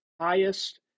highest